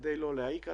כדי לא להעיק עליהם,